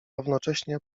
równocześnie